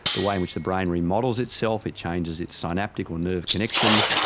the way in which the brain remodels itself, it changes its synaptic or nerve connections,